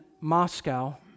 Moscow